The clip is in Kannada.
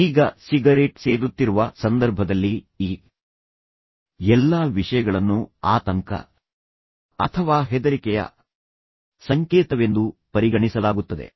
ಈಗ ಸಿಗರೇಟ್ ಸೇದುತ್ತಿರುವ ಸಂದರ್ಭದಲ್ಲಿ ಈ ಎಲ್ಲಾ ವಿಷಯಗಳನ್ನು ಆತಂಕ ಅಥವಾ ಹೆದರಿಕೆಯ ಸಂಕೇತವೆಂದು ಪರಿಗಣಿಸಲಾಗುತ್ತದೆ